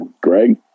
Greg